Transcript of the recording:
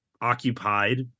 occupied